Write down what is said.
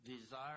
Desire